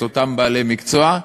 את אותם בעלי מקצוע.